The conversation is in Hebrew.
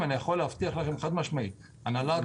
אני יכול להבטיח לכם חד משמעית שהנהלת